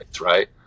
right